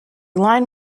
line